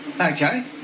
Okay